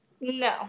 No